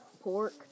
pork